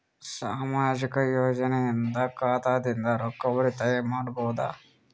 ಸಾಮಾಜಿಕ ಯೋಜನೆಯಿಂದ ಖಾತಾದಿಂದ ರೊಕ್ಕ ಉಳಿತಾಯ ಮಾಡಬಹುದ?